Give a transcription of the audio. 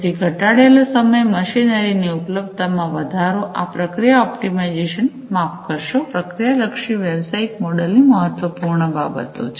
તેથી ઘટાડેલો સમય મશીનરીની ઉપલબ્ધતામાં વધારો આ પ્રક્રિયા ઑપ્ટિમાઇઝેશન માફ કરશો પ્રક્રિયા લક્ષી વ્યવસાયિક મોડેલ ની મહત્વપૂર્ણ બાબતો છે